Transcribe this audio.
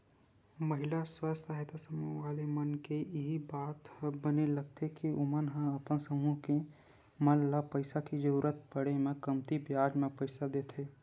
महिला स्व सहायता समूह वाले मन के इही बात ह बने लगथे के ओमन ह अपन समूह के मन ल पइसा के जरुरत पड़े म कमती बियाज म पइसा देथे